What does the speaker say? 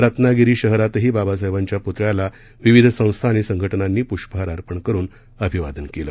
रत्नागिरी शहरातही बाबासाहेबांच्या प्तळ्याला विविध संस्था आणि संघ ज्ञांनी प्ष्पहार अर्पण करून अभिवादन केलं